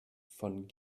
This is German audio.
von